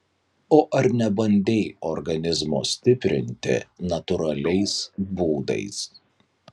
o ar nebandei organizmo stiprinti natūraliais būdais